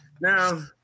Now